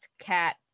cat